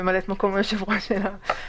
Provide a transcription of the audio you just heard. ביקשתי מהיועצת המשפטית לסכם.